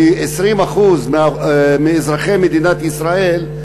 כ-20% מאזרחי מדינת ישראל,